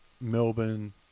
Melbourne